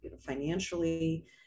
financially